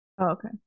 okay